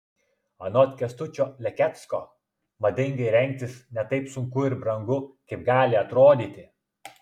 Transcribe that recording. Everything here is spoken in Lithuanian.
anot kęstučio lekecko madingai rengtis ne taip sunku ir brangu kaip gali atrodyti